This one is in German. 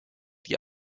die